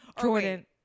Jordan